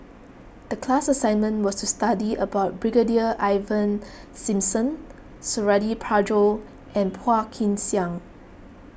the class assignment was to study about Brigadier Ivan Simson Suradi Parjo and Phua Kin Siang